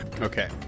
okay